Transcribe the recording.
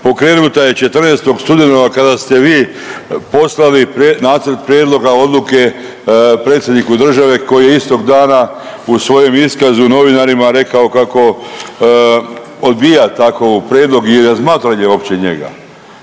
Pokrenuta je 14. studenog kada ste vi poslali nacrt prijedloga odluke predsjedniku države koji je istog dana u svojem iskazu novinarima rekao kako odbija takov prijedlog i razmatranje uopće njega.